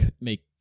make